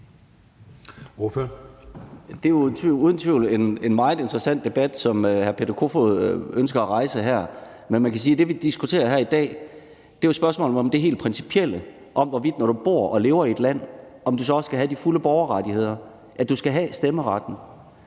Det er uden tvivl en meget interessant debat, som hr. Peter Kofod ønsker at rejse her. Men man kan sige, at det, vi diskuterer her i dag, jo er spørgsmålet om det helt principielle i, hvorvidt du, når du bor og lever i et land, så også skal have de fulde borgerrettigheder og skal have stemmeretten.